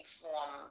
form